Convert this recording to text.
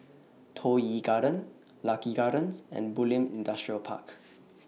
Toh Yi Garden Lucky Gardens and Bulim Industrial Park